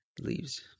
leaves